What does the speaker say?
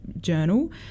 journal